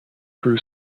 grew